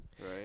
Right